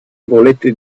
volete